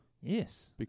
Yes